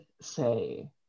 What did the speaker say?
say